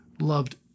loved